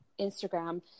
Instagram